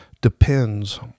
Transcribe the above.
depends